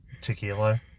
tequila